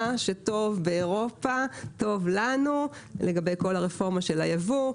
מה שטוב באירופה טוב לנו לגבי כל הרפורמה של היבוא.